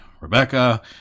Rebecca